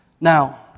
Now